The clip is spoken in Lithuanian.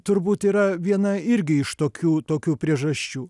turbūt yra viena irgi iš tokių tokių priežasčių